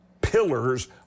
pillars